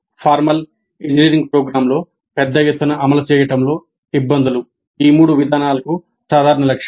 formal engineering ప్రోగ్రామ్లో పెద్ద ఎత్తున అమలు చేయడంలో ఇబ్బందులు ఈ మూడు విధానాలకు సాధారణ లక్షణం